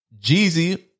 Jeezy